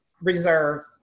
reserve